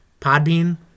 Podbean